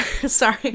Sorry